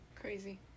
Crazy